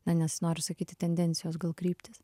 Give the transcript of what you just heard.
na nesinori sakyti tendencijos gal kryptys